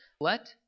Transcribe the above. let